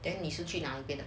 then 你是去那别的